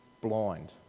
blind